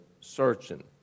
searching